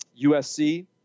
USC